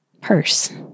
purse